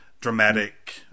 dramatic